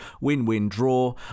win-win-draw